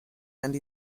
and